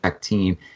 team